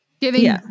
giving